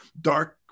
dark